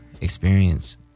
experience